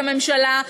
הממשלה,